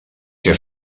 que